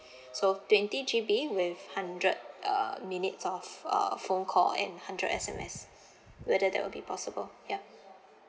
so twenty G_B with hundred uh minutes of uh phone call and hundred S_M_S whether that will be possible ya